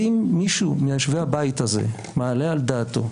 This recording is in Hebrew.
האם מישהו מיושבי הבית הזה מעלה על דעתו,